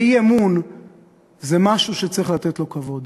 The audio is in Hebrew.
ואי-אמון זה משהו שצריך לתת לו כבוד.